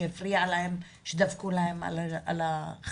שהפריע להם שדפקו להם על החלון.